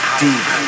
deep